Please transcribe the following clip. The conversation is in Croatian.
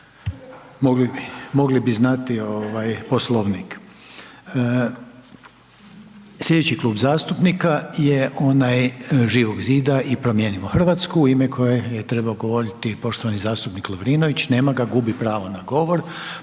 mogli bi znati ovaj Poslovnik. Slijedeći Klub zastupnika je onaj Živog zida i Promijenimo Hrvatsku u ime kojeg je trebao govorit poštovani zastupnik Lovrinović. Nema ga, gubi pravo na govor,